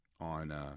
on